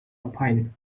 opined